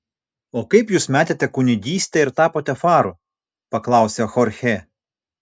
o kaip jūs metėte kunigystę ir tapote faru paklausė chorchė